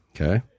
Okay